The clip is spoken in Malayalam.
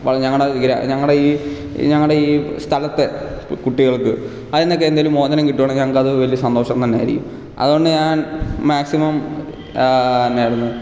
ഞങ്ങളുടെ ഗ്രാ ഞങ്ങളുടെ ഈ ഞങ്ങളുടെ ഈ സ്ഥലത്തെ കുട്ടികൾക്ക് അതിൽ നിന്നൊക്കെ എന്തെങ്കിലും മോചനം കിട്ടുകയാണെങ്കിൽ ഞങ്ങൾക്കു അത് വലിയൊരു സന്തോഷം തന്നെ ആയിരിക്കും അതുകൊണ്ട് ഞാൻ മാക്സിമം എന്തായിരുന്നു